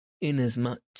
inasmuch